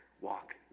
walk